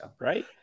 right